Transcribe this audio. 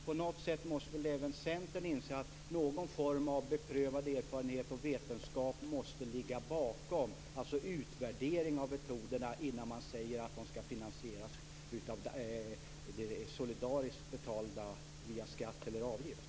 På något sätt måste väl även Centern inse att någon form av beprövad erfarenhet och vetenskap måste ligga bakom behandlingen. Metoderna måste alltså utvärderas innan man säger att de skall finansieras solidariskt via skatt eller avgift.